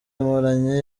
mporanyi